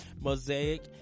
mosaic